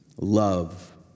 Love